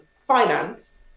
finance